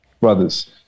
Brothers